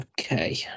Okay